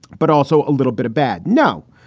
but also a little bit of bad. no,